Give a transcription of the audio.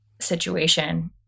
situation